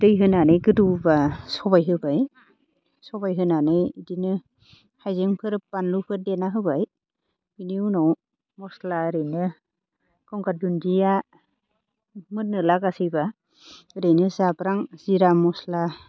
दै होनानै गोदौबा सबाय होबाय सबाय होनानै बिदिनो हायजेंफोर बान्लुफोर देना होबाय बेनि उनाव मस्ला ओरैनो गंगार दुन्दिया मोननो लागासैबा ओरैनो जाब्रां जिरा मस्ला